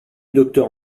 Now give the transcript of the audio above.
docteur